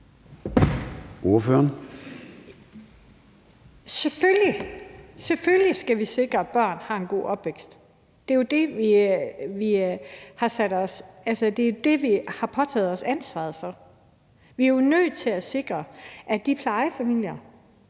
Selvfølgelig skal vi sikre, at børn har en god opvækst. Det er jo det, vi har påtaget os ansvaret for. Vi er nødt til at sikre, at de plejefamilier,